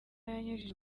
yanyujije